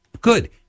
good